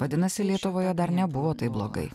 vadinasi lietuvoje dar nebuvo taip blogai